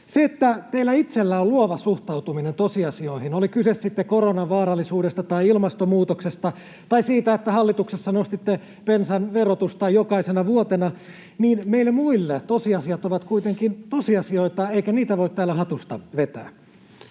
Se, että teillä itsellä on luova suhtautuminen tosiasioihin, oli kyse sitten koronan vaarallisuudesta tai ilmastonmuutoksesta tai siitä, että hallituksessa nostitte bensan verotusta jokaisena vuotena, niin meille muille tosiasiat ovat kuitenkin tosiasioita, eikä niitä voi täällä hatusta vetää.